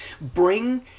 bring